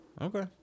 Okay